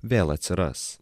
vėl atsiras